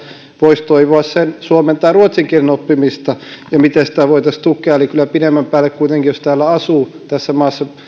voisi toivoa sen suomen tai ruotsin kielen oppimista ja miten sitä voitaisiin tukea eli kyllä pidemmän päälle kuitenkin jos tässä maassa